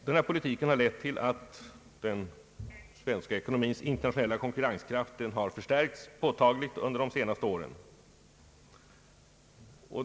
Denna politik har lett till att den svenska ekonomins internationella konkurrenskraft förstärkts påtagligt under de senaste åren.